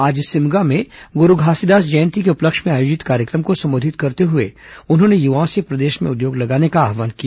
आज सिमगा में गुरू घासीदास जयंती के उपलक्ष्य में आयोजित कार्यक्रम को संबोधित करते हुए उन्होंने युवाओं से प्रदेश में उद्योग लगाने का आव्हान किया